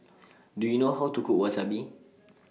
Do YOU know How to Cook Wasabi